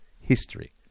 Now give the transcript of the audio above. history